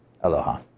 Aloha